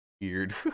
weird